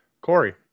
Corey